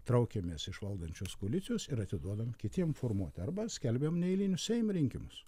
traukiamės iš valdančios koalicijos ir atiduodam kitiem formuot arba skelbiam neeilinius seim rinkimus